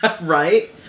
right